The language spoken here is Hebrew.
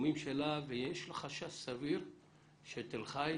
תחומים שלה ויש לה חשש סביר שתל חי,